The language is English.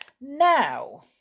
Now